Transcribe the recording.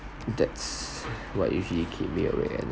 that's what usually keep me awake at night